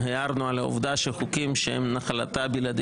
הערנו על העובדה שחוקים שהם נחלתה הבלעדית